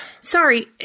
Sorry